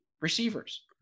receivers